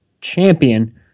champion